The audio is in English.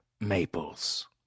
maples